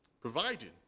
Providing